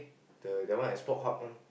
the the one sport hub one